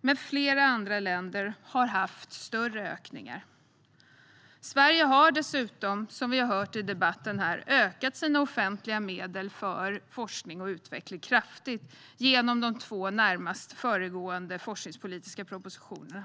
men flera andra länder har haft större ökningar. Sverige har dessutom, som vi har hört i debatten, kraftigt ökat sina offentliga medel för forskning och utveckling genom de två närmast föregående forskningspolitiska propositionerna.